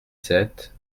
sept